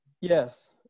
Yes